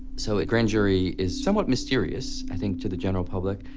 so a grand jury is somewhat mysterious, i think, to the general public.